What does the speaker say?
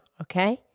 okay